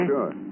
Sure